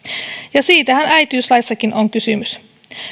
ja siitähän äitiyslaissakin on kysymys